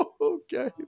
okay